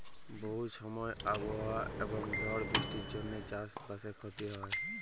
বহু সময় আবহাওয়া এবং ঝড় বৃষ্টির জনহে চাস বাসে ক্ষতি হয়